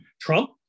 Trump